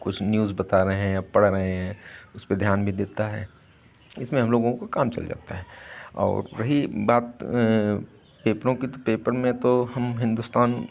कुछ न्यूज़ बता रहे हैं या पढ़ रहे हैं उसपे ध्यान भी देता है इसमें हम लोगों को काम चल जाता है और रही बात पपेरों की तो पेपर में तो हम हिन्दुस्तान